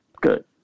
Good